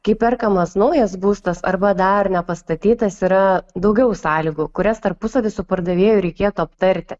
kai perkamas naujas būstas arba dar nepastatytas yra daugiau sąlygų kurias tarpusavy su pardavėju reikėtų aptarti